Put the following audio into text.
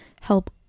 help